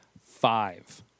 five